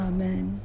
Amen